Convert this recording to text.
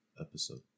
episode